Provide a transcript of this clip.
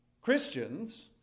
Christians